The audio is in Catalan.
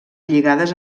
lligades